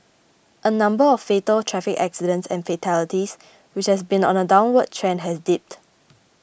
the number of fatal traffic accidents and fatalities which has been on a downward trend has dipped